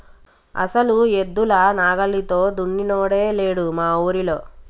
అసలు ఎద్దుల నాగలితో దున్నినోడే లేడు మా ఊరిలో